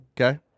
Okay